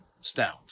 stout